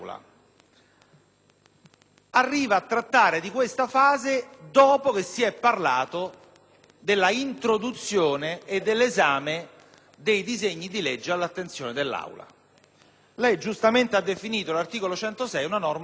è in Aula. Tratta questa fase dopo che si è parlato dell'introduzione e dell'esame dei disegni di legge all'attenzione dell'Aula. Lei giustamente ha definito l'articolo 106 una norma di chiusura;